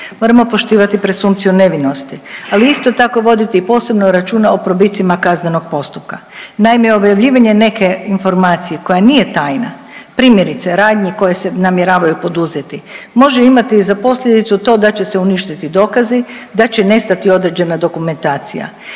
moramo poštivati presumpciju nevinosti, ali isto tako voditi i posebno računa o probicima kaznenog postupka. Naime, objavljivanje neke informacije koja nije tajna, primjerice radnji koje se namjeravaju poduzeti može imati za posljedicu za to da će se uništiti dokazi, da će nestati određena dokumentacija.